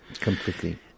Completely